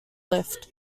lift